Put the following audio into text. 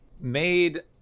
made